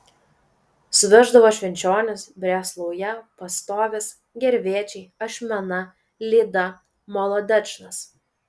suveždavo švenčionys brėslauja pastovis gervėčiai ašmena lyda molodečnas